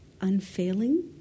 unfailing